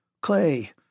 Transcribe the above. Clay